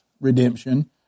redemption